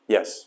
Yes